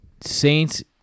Saints